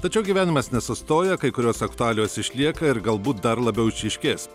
tačiau gyvenimas nesustoja kai kurios aktualijos išlieka ir galbūt dar labiau išryškės